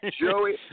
Joey